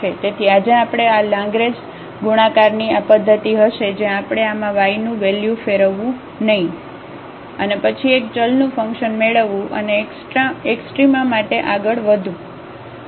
તેથી આજે આપણી પાસે લેગ્રેંજ ગુણાકારની આ પદ્ધતિ હશે જ્યાં આપણે આમાં વાયનું વેલ્યુ ફેરવવું નહીં અને પછી એક ચલનું ફંકશન મેળવવું અને એક્સ્ટ્રામા માટે આગળ વધવું